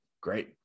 Great